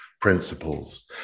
principles